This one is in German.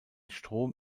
strom